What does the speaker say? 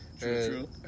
true